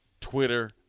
Twitter